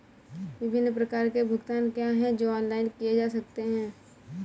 विभिन्न प्रकार के भुगतान क्या हैं जो ऑनलाइन किए जा सकते हैं?